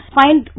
find